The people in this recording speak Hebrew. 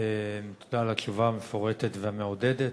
תודה על התשובה המפורטת והמעודדת.